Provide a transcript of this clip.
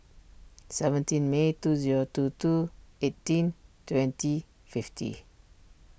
seventeen May two zero two two eighteen twenty fifty